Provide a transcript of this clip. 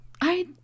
I-